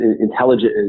intelligent